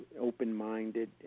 open-minded